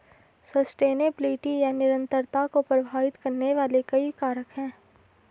sustainability या निरंतरता को प्रभावित करने वाले कई कारक हैं